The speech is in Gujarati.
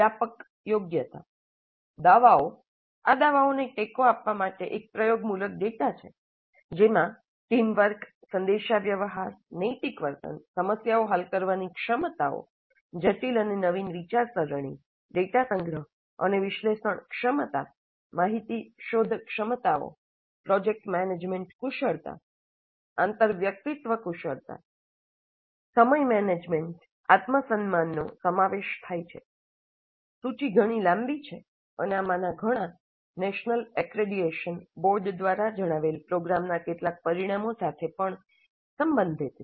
વ્યાપક યોગ્યતા દાવાઓ આ દાવાઓને ટેકો આપવા માટે એક પ્રયોગમૂલક ડેટા છે જેમાં ટીમ વર્ક સંદેશાવ્યવહાર નૈતિક વર્તન સમસ્યા હલ કરવાની ક્ષમતાઓ જટિલ અને નવીન વિચારસરણી ડેટા સંગ્રહ અને વિશ્લેષણ ક્ષમતા માહિતી શોધ ક્ષમતાઓ પ્રોજેક્ટ મેનેજમેન્ટ કુશળતા આંતરવ્યક્તિત્વ કુશળતા સમય મેનેજમેન્ટ આત્મસન્માન નો સમાવેશ થાય છે સૂચિ ઘણી લાંબી છે અને આમાંના ઘણા નેશનલ એક્રેડિએશન બોર્ડ દ્વારા જણાવેલ પ્રોગ્રામના કેટલાક પરિણામો સાથે પણ સંબંધિત છે